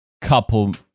couple